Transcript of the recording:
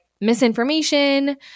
misinformation